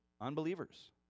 Unbelievers